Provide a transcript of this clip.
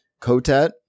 Kotet